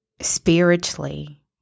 spiritually